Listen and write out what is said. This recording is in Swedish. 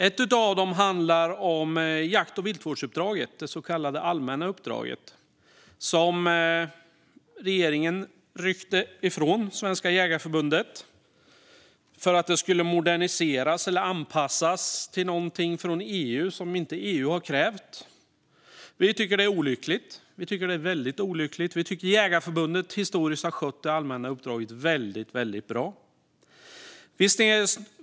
Ett av dem handlar om jakt och viltvårdsuppdraget, det så kallade allmänna uppdraget, som regeringen ryckte ifrån Svenska Jägareförbundet för att det skulle moderniseras eller anpassas till någonting från EU som EU inte har krävt. Vi tycker att det är väldigt olyckligt. Vi tycker att Jägareförbundet historiskt sett har skött det allmänna uppdraget väldigt väl.